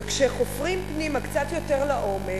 וכשחופרים פנימה קצת יותר לעומק,